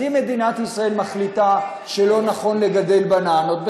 אז אם מדינת ישראל מחליטה שלא נכון לגדל בננות,